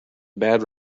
bad